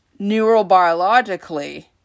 neurobiologically